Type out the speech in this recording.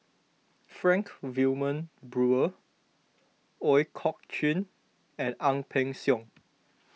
Frank Wilmin Brewer Ooi Kok Chuen and Ang Peng Siong